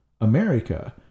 America